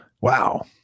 Wow